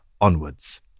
onwards